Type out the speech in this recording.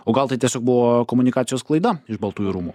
o gal tai tiesiog buvo komunikacijos klaida iš baltųjų rūmų